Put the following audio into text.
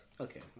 Okay